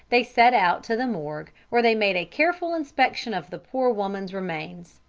they set out to the morgue, where they made a careful inspection of the poor woman's remains.